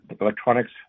electronics